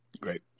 great